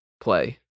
play